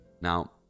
Now